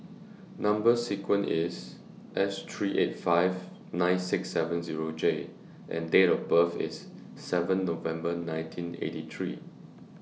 Number sequence IS S three eight five nine six seven Zero J and Date of birth IS seven November nineteen eighty three